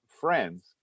friends